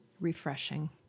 Refreshing